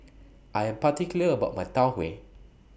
I Am particular about My Tau Huay